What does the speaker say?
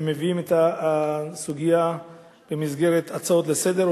ומביאים את הסוגיה במסגרת הצעות לסדר,